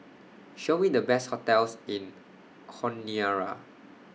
Show Me The Best hotels in Honiara